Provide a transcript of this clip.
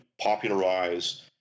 popularize